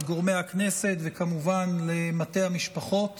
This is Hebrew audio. לגורמי הכנסת וכמובן למטה המשפחות